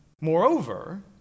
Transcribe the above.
Moreover